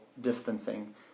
distancing